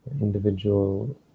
individual